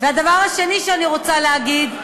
והדבר השני שאני רוצה להגיד,